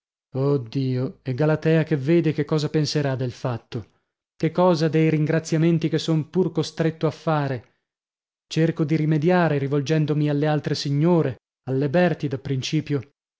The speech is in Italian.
dio e galatea che vede che cosa penserà del fatto che cosa dei ringraziamenti che son pur costretto a fare cerco di rimediare rivolgendomi alle altre signore alle berti da principio